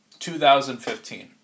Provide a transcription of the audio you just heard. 2015